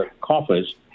coffers